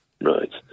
Right